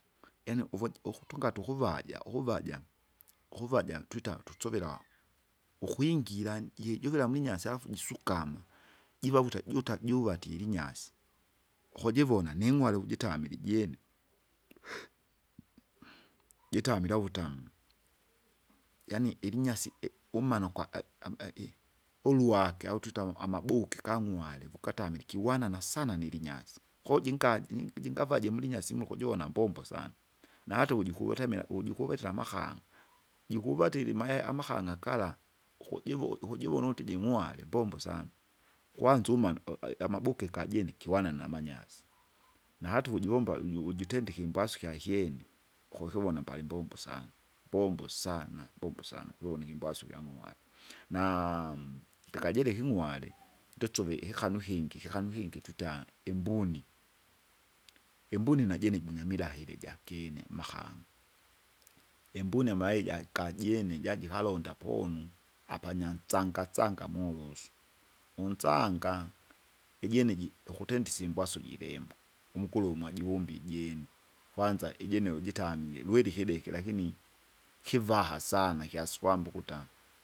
Yaani uvuje ukutanga tukuvaja, ukuvaja, ukuvaja tuita tutsuvila, ukwingira ji- juvira mwinyasi alafu jisukama, jiva vute juta juvatile ilinyasi, ukujivona ning'wale uvujitamile ijene, jitamila uvutamu, yani ilinyasi i- umana ukwa- ae- aei- uluwake au tuita ama- amabuke kang'wale vukatamile ikiwana nasana nilinyasi, kojinganyi jingava jemlinyasi mula ukujivona mbombo sana. Na hata ukuji kuutamila uju ukuvetera amakanga, jukuvatire imaye- amakang'a gala, ukujivu- ukujivona uti jingwale mbombo sana. Kwanaza umana u- ae- amaboke kajene ikiwana namanysi. Na hata uvujivomba uju- ujitendike ikimbwasu kyakyene, ukukivona pali mbombo sana, mbombo sana, mbombo sana, kivona ikimbwasu kyamumana, naamu ndikajileke iking'wale nditsuve ikikanu ikingi ikikanu ikingi tuita, imbuni, imbuni najene jinamilahili jakine mahanu, imbuni amayi jakajene jajikalonda ponu, apanyansanga sanga molusu, unsanga, ijene ji ukutendi isimbwasu jiremba, umukuluma juvumbe ijene, kwanza ijene ujitamie, lwiri ikideki lakini, kivaha sana sana ikiasi kwamba ukuta.